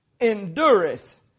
endureth